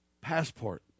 passport